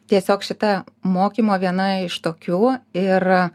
tiesiog šita mokymo viena iš tokių ir